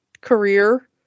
career